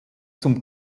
zum